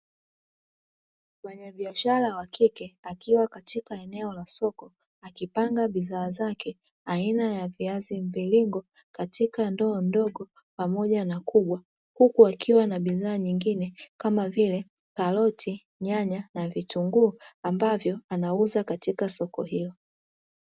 Mfanyabiashara wakike akiwa katika eneo la soko akipanga bidhaa zake aina ya viazi mviringo katika ndoo ndogo pamoja na kubwa huku akiwa na bidhaa nyingine kama vile karoti, nyanya na vitunguu ambavyo anauza katika soko hilo.